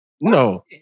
No